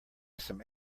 some